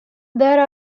there